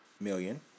million